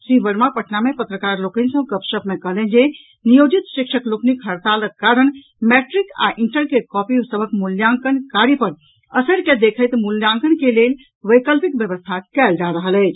श्री वर्मा पटना मे पत्रकार लोकनि सॅ गपशप मे कहलनि जे नियोजित शिक्षक लोकनिक हड़तालक कारण मैट्रिक आ इंटर के कॉपी सभक मूल्यांकन कार्य पर असरि के देखैत मूल्यांकन के लेल वैकल्पिक व्यवस्था कयल जा रहल अछि